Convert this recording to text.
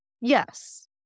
Yes